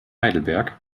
heidelberg